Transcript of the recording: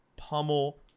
pummel